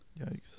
Yikes